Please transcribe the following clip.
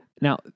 Now